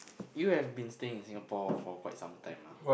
you have been staying in Singapore for quite some time ah